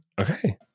Okay